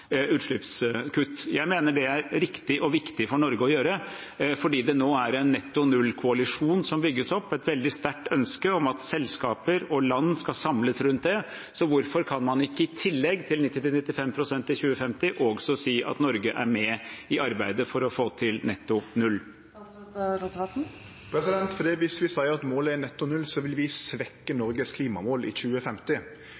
utslippskutt. Jeg mener det er riktig og viktig for Norge å gjøre, fordi det nå er en netto null-koalisjon som bygges opp, og et veldig sterkt ønske om at selskaper og land skal samles rundt det. Hvorfor kan man ikke i tillegg til 90–95 pst. i 2050 også si at Norge er med i arbeidet for å få til netto null? Det er fordi at viss vi seier at målet er netto null, vil vi